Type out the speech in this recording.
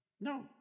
No